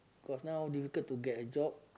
cause now difficult to get a job